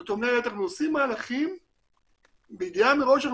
זאת אומרת אנחנו עושים מהלכים בידיעה מראש שאנחנו